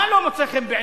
מה לא מוצא חן בעיניך?